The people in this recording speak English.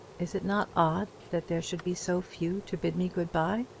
is it not odd that there should be so few to bid me good-bye?